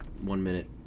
one-minute